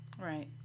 Right